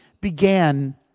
began